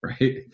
Right